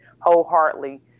wholeheartedly